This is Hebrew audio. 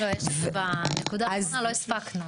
הנקודה האחרונה לא הספקנו.